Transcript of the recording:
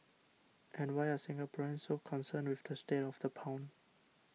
and why are Singaporeans so concerned with the state of the pound